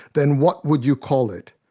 then what would you call it?